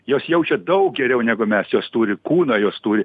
jos jaučia daug geriau negu mes jos turi kūną jos turi